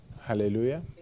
Hallelujah